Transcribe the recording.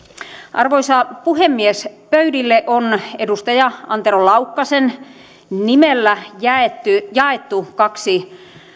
arvoisa puhemies pöydille on edustaja antero laukkasen nimellä jaettu jaettu kaksi